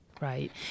Right